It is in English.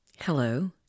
Hello